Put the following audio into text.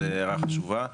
זו הערה חשובה.